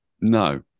No